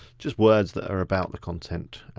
just words that are about the content.